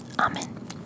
Amen